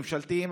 ממשלתיים,